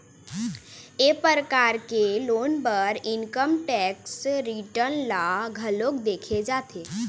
ए परकार के लोन बर इनकम टेक्स रिटर्न ल घलोक देखे जाथे